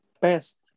best